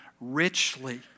richly